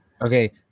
Okay